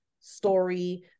story